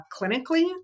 clinically